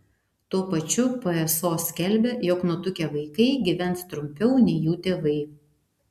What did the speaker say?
tuo pačiu pso skelbia jog nutukę vaikai gyvens trumpiau nei jų tėvai